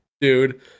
dude